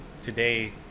today